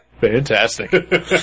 Fantastic